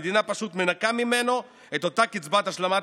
המדינה פשוט מנכה ממנו את אותה קצבת השלמת